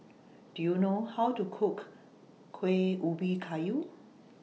Do YOU know How to Cook Kueh Ubi Kayu